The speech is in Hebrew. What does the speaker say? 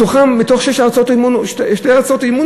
מתוכן, מתוך שש הצעות האי-אמון, שתי הצעות אי-אמון